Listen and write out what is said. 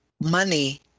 money